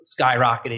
skyrocketed